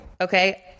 Okay